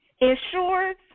ensures